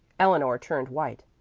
eleanor turned white.